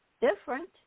different